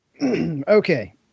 Okay